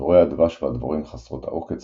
דבורי הדבש והדבורים חסרות-העוקץ,